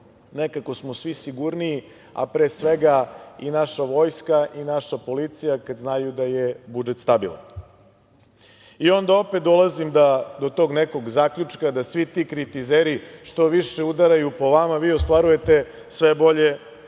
nekako smo svi sigurniji, a pre svega i naša vojska i naša policija kada znaju da je budžet stabilan. Onda opet dolazim do tog nekog zaključka da svi ti kritizeri što više udaraju po vama vi ostvarujete sve bolje rezultate.